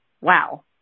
Wow